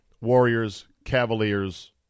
Warriors-Cavaliers